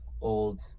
old